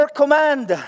command